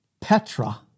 Petra